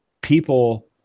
people